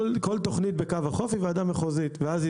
כל תכנית בקו החוף היא ועדה מחוזית ואז היא